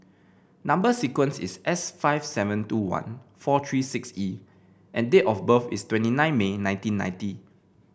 number sequence is S five seven two one four three six E and date of birth is twenty nine May nineteen ninety